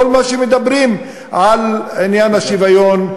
כל מה שמדברים על עניין השוויון,